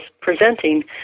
presenting